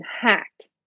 hacked